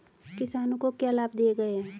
किसानों को क्या लाभ दिए गए हैं?